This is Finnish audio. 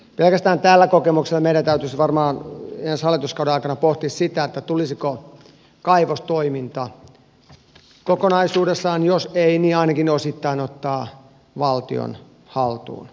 pelkästään tällä kokemuksella meidän täytyisi varmaan ensi hallituskauden aikana pohtia sitä tulisiko kaivostoiminta kokonaisuudessaan jos ei niin ainakin osittain ottaa valtion haltuun